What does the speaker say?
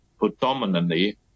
predominantly